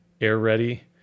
air-ready